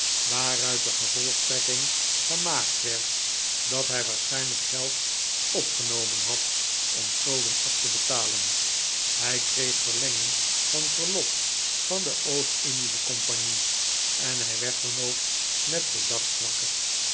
waaruit de gevolgtrekking gemaakt werd dat hij waarschijnlijk geld opgenomen had om schulden af te betalen hij kreeg verlenging van verlof van de oost-indische compagnie en hij werd dan ook met den dag zwakker